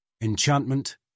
Enchantment